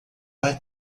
vai